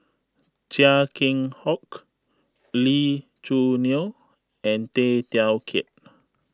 Chia Keng Hock Lee Choo Neo and Tay Teow Kiat